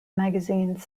magazine